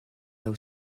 low